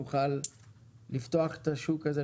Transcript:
נוכל לפתוח את השוק הזה.